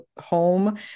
home